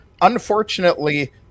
Unfortunately